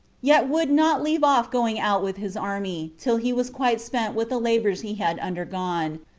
yet would not leave off going out with his army, till he was quite spent with the labors he had undergone,